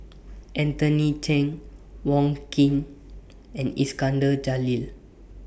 Anthony Chen Wong Keen and Iskandar Jalil